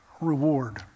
reward